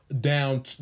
down